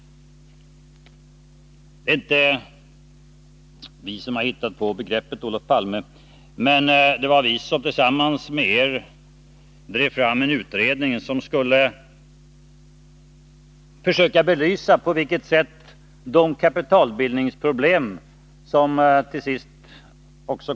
Det är inte vi som har hittat på begreppet, Olof Palme, men det var vi som tillsammans med er drev fram en utredning, som skulle försöka belysa det svenska näringslivets kapitalbildningsproblem.